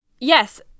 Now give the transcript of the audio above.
Yes